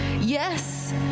Yes